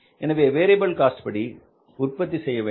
எனவே variable cost படி உற்பத்தி செய்ய வேண்டும்